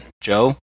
Joe